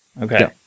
Okay